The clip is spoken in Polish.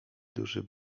duży